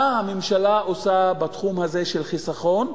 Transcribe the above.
מה הממשלה עושה בתחום הזה של חיסכון,